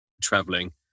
traveling